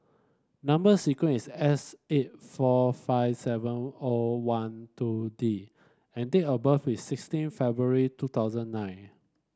number sequence is S eight four five seven O one two D and date of birth is sixteen February two thousand nine